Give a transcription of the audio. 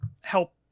help